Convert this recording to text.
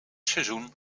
seizoen